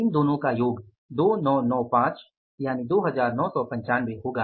इन दोनों का योग 2995 2995 होगा